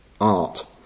art